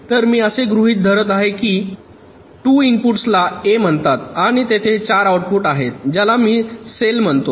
तर मी असे गृहित धरत आहे की 2 इनपुट्स ला ए म्हणतात आणि तेथे चार आउटपुट आहेत ज्याला मी सेल म्हणतो